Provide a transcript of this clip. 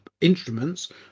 instruments